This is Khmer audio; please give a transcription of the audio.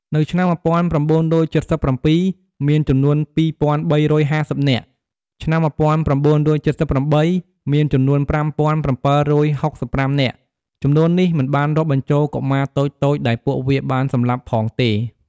នៅឆ្នាំ១៩៧៧ មានចំនួន២៣៥០នាក់ ឆ្នាំ១៩៧៨ មានចំនួន៥៧៦៥នាក់ ចំនួននេះមិនបានរាប់បញ្ចូលកុមារតូចៗដែលពួកវាបានសម្លាប់ផងទេ។